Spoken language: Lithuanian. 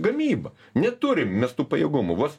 gamyba neturim mes tų pajėgumų vos